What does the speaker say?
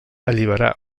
alliberar